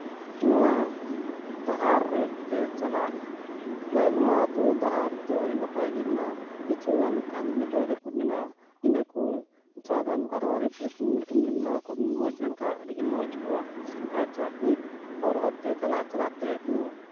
ᱱᱚᱣᱟ ᱰᱟᱦᱟᱨ ᱨᱮ ᱛᱮ ᱪᱟᱞᱟᱜ ᱟᱞᱮ ᱱᱚᱣᱟ ᱟᱹᱛᱩ ᱰᱟᱦᱟᱨ ᱫᱚ ᱟᱹᱰᱤ ᱱᱟᱯᱟᱭ ᱜᱮ ᱢᱮᱱᱟᱜᱼᱟ ᱠᱤᱪᱷᱩ ᱜᱟᱱ ᱨᱟᱹᱯᱩᱫ ᱢᱮᱱᱟᱜᱼᱟ ᱤᱱᱟᱹ ᱠᱚ ᱛᱷᱚᱲᱟ ᱜᱟᱱ ᱟᱨᱚ ᱢᱚᱡᱽ ᱞᱮᱱ ᱠᱷᱟᱱ ᱟᱹᱰᱤ ᱜᱮ ᱢᱚᱡᱽ ᱠᱚᱜᱼᱟ ᱟᱪᱪᱷᱟ ᱱᱤᱛ ᱦᱚᱨ ᱦᱚᱨ ᱛᱮ ᱪᱟᱞᱟᱜ ᱪᱟᱞᱟᱜ ᱛᱮ ᱮᱠᱷᱳᱱᱳ